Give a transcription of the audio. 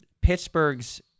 Pittsburgh's